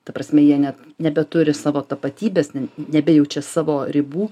ta prasme jie nebeturi savo tapatybės nebejaučia savo ribų